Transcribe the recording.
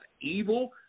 evil